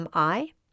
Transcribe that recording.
MI